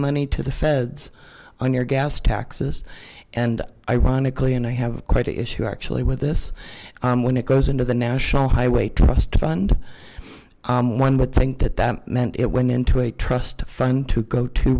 money to the feds on your gas taxes and ironically and i have quite a issue actually with this when it goes into the national highway trust fund one would think that that meant it went into a trust fund to go to